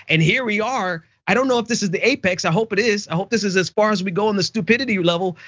and here we are, i don't know if this is the apex. i hope it is. i hope this is as far as we go on the stupidity level,